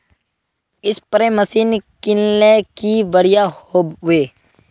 Spray machine किनले की बढ़िया होबवे?